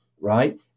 right